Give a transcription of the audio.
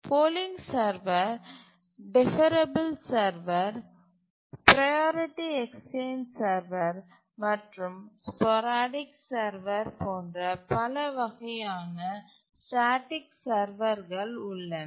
polling server deferrable server priority exchange server மற்றும் sporadic server போன்ற பல வகையான ஸ்டேட்டிக் சர்வர் உள்ளன